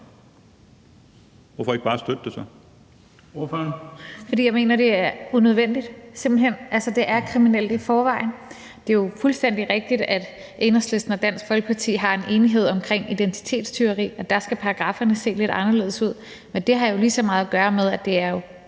13:18 Rosa Lund (EL): Fordi jeg mener, det er unødvendigt. Simpelt hen. Det er kriminelt i forvejen. Det er fuldstændig rigtigt, at Enhedslisten og Dansk Folkeparti har en enighed om identitetstyveri, og der skal paragrafferne se lidt anderledes ud, men det har jo lige så meget at gøre med, at det jo